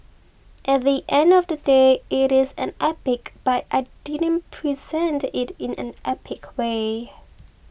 at the end of the day it is an epic but I didn't present it in an epic way